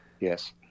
Yes